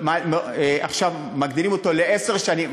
עכשיו מגדילים אותו לעשר שנים.